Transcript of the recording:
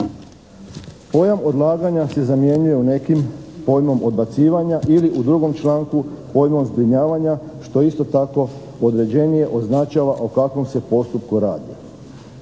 Pojam odlaganja se zamjenjuje u nekim pojmom odbacivanja ili u 2. članku pojmom zbrinjavanja što isto tako određenije označava o kakvom se postupku radi.